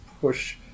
push